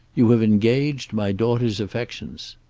you have engaged my daughter's affections.